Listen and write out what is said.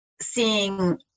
seeing